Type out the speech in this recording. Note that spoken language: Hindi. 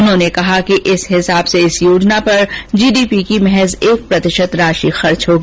उन्होंने कहा कि इस हिसाब से इस योजना पर जीडीपी की महज एक प्रतिशत राशि खर्च होगी